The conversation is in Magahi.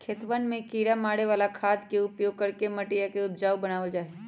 खेतवन में किड़ा मारे वाला खाद के उपयोग करके मटिया के उपजाऊ बनावल जाहई